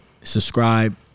subscribe